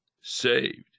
saved